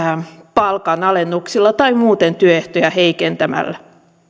palkanalennuksilla tai muuten työehtoja heikentämällä